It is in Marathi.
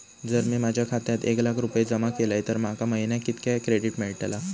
जर मी माझ्या खात्यात एक लाख रुपये जमा केलय तर माका महिन्याक कितक्या क्रेडिट मेलतला?